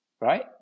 right